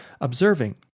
observing